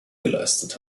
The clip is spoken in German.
geleistet